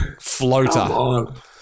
Floater